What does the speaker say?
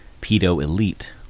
pedo-elite